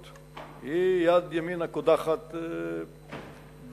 "מקורות", היא יד ימין הקודחת בארות